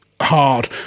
hard